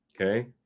Okay